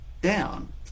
down